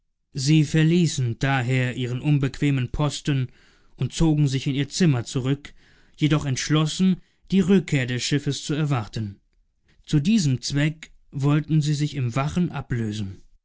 sie verließen daher ihren unbequemen posten und zogen sich in ihr zimmer zurück jedoch entschlossen die rückkehr des schiffes zu erwarten zu diesem zweck wollten sie sich im wachen ablösen